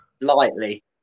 lightly